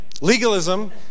Legalism